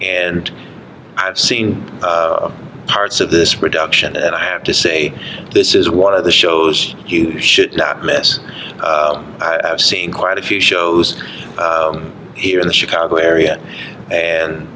and i've seen parts of this production and i have to say this is one of the shows you should not miss i've seen quite a few shows here in the chicago area and